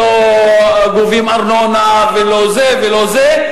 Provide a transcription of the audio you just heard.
שלא גובים ארנונה ולא זה ולא זה,